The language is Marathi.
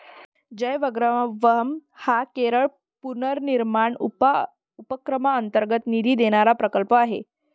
जयवग्रहम हा केरळ पुनर्निर्माण उपक्रमांतर्गत निधी देणारा प्रकल्प आहे